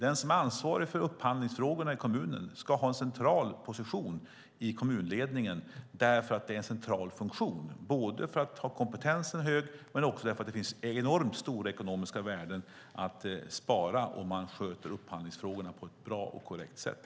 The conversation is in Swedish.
Den som är ansvarig för upphandlingsfrågorna i kommunen ska ha en central position i kommunledningen, för det är en central funktion. Det handlar både om att kompetensen ska vara hög och om att det finns enormt stora ekonomiska värden att spara om man sköter upphandlingsfrågorna på ett bra och korrekt sätt.